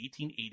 1880